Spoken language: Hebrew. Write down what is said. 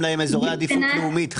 הורדתם להם אזורי עדיפות לאומית.